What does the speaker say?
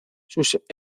sus